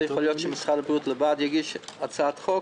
יכול להיות שמשרד הבריאות לבד יגיש הצעת חוק